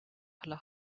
aller